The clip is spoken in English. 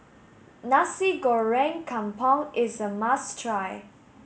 Nasi Goreng Kampung is a must try